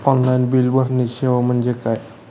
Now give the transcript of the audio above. Online bill भरण्याची सेवा म्हणजे काय?